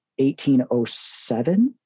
1807